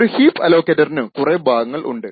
ഒരു ഹീപ്പ് അലോക്കേറ്ററിനു കുറെ ഭാഗങ്ങൾ ഉണ്ട്